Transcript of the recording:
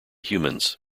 humans